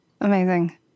Amazing